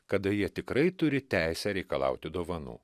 kada jie tikrai turi teisę reikalauti dovanų